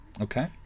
Okay